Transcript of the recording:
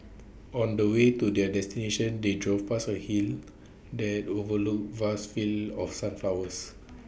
on the way to their destination they drove past A hill that overlooked vast fields of sunflowers